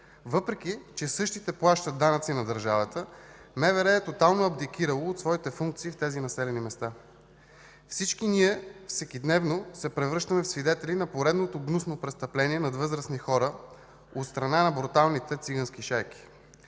Въпреки че същите плащат данъци на държавата, МВР е тотално абдикирало от своите функции в тези населени места. Всички ние всекидневно се превръщаме в свидетели на поредното гнусно престъпление над възрастни хора от страна на бруталните цигански шайки.